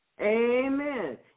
Amen